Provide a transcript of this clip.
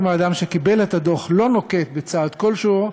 אם האדם שקיבל את הדוח לא נוקט צעד כלשהו,